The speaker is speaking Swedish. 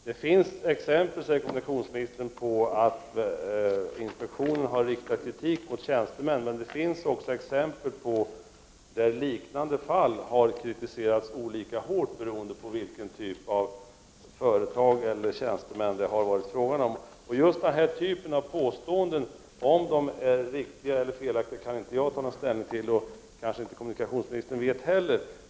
Fru talman! Kommunikationsministern säger att det finns exempel på att inspektionen riktat kritik mot tjänstemän. Men det finns också exempel på att likartade fall kritiserats olika hårt beroende på vilken typ av företag eller tjänstemän det varit fråga om. Om den här typen av påståenden är riktiga eller felaktiga kan inte jag ta ställning till, och det kan kanske inte kommunikationsministern heller.